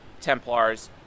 Templars